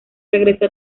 regresó